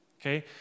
Okay